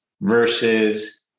versus